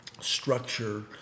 structure